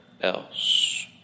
else